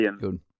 Good